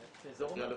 באזור ה --- לא,